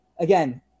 Again